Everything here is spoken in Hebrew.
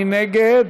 מי נגד?